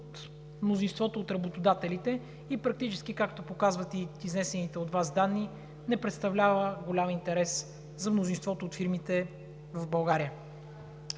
от работодателите и практически, както показват изнесените от Вас данни, не представлява голям интерес за мнозинството от фирмите в България.